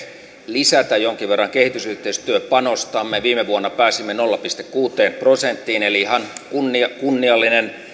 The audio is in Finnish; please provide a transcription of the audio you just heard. lisätä jonkin verran kehitysyhteistyöpanostamme viime vuonna pääsimme nolla pilkku kuuteen prosenttiin ihan kunniallinen